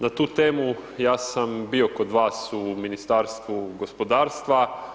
Na tu temu ja sam bio kod vas u Ministarstvu gospodarstva.